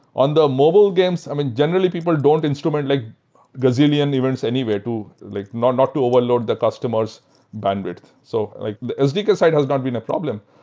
on the mobile games, i mean, generally people don't instrument like gazillion events anywhere to like not not overload the customer s bandwidth. so like the sdk side has not been a problem.